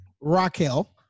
Raquel